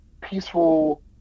peaceful